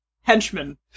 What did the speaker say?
henchman